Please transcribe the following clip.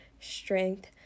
strength